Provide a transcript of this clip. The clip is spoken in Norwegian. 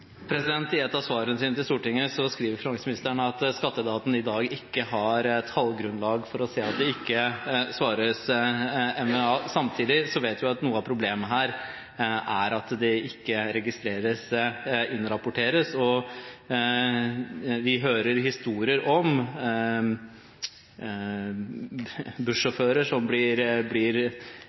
Stortinget skriver finansministeren at skatteetaten i dag ikke har tallgrunnlag for å si at det ikke svares merverdiavgift. Samtidig vet vi at noe av problemet her er at det ikke registreres – innrapporteres. Vi hører historier om bussjåfører som blir